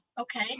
okay